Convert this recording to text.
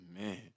man